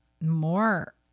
more